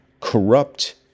corrupt